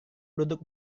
duduk